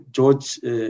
George